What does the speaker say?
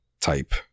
type